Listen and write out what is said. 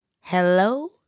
Hello